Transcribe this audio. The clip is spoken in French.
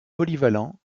polyvalent